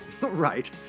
Right